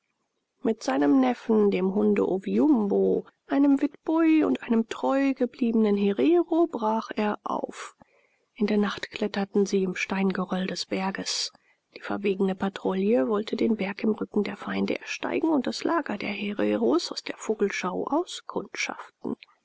mit seinem neffen dem hunde oviumbo einem witboi und einem treu gebliebenen herero brach er auf in der nacht kletterten sie im steingeröll des berges die verwegene patrouille wollte den berg im rücken der feinde ersteigen und das lager der hereros aus der vogelschau auskundschaften